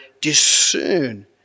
discern